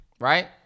right